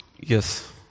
Yes